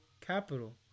capital